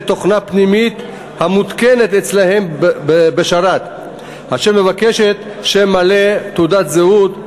תוכנה פנימית המותקנת אצלם בשרת ומבקשת שם מלא ותעודת זהות,